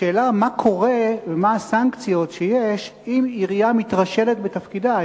השאלה היא מה קורה ומה הסנקציות שיש אם עירייה מתרשלת בתפקידה.